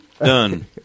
Done